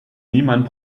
niemand